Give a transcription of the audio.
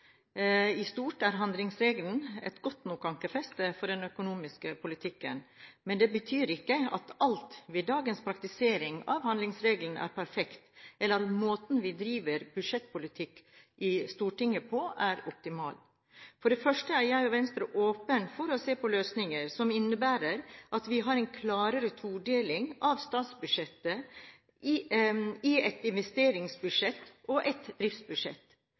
I stort er handlingsregelen et godt nok ankerfeste for den økonomiske politikken, men det betyr ikke at alt ved dagens praktisering av handlingsregelen er perfekt, eller at måten vi driver budsjettpolitikk på i Stortinget, er optimal. For det første er jeg og Venstre åpne for å se på løsninger som innebærer at vi har en klarere todeling av statsbudsjettet i et investeringsbudsjett og et driftsbudsjett.